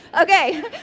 Okay